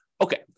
Okay